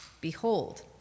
Behold